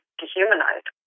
dehumanized